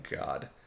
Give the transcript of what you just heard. god